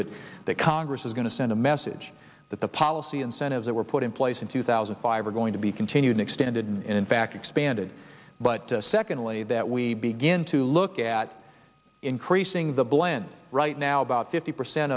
that that congress is going to send a message that the policy incentives that were put in place in two thousand and five are going to be continued extended in fact expanded but secondly that we begin to look at increasing the blend right now about fifty percent